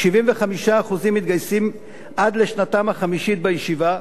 75% מתגייסים עד לשנתם החמישית בישיבה,